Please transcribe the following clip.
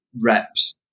reps